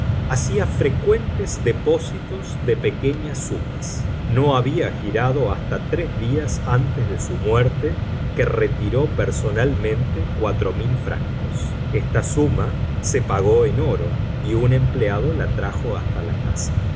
hacía frecuentes depósitos de pequeñas sumas no había girado hasta tres días antes de su muerte que retiró personalmente cuatro mil francos esta suma se pagó en oro y un empleado la trajo hasta la casa